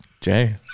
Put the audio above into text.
Jay